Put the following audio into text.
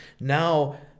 now